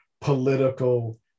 political